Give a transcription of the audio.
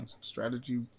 strategy